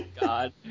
God